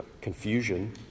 confusion